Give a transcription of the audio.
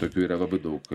tokių yra labai daug